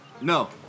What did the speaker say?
No